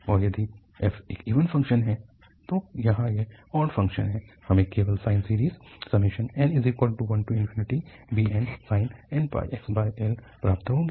और यदि f एक इवन फ़ंक्शन है तो यहाँ यह ऑड फ़ंक्शन है हमें केवल साइन सीरीज़n1bnsin nπxL प्राप्त होगी